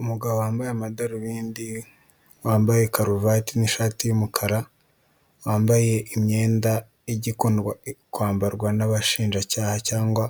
Umugabo wambaye amadarubindi wambaye karuvati n'ishati y'umukara, wambaye imyenda igikundwa kwambarwa nabashinjacyaha cyangwa